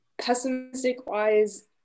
pessimistic-wise